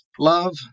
Love